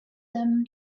them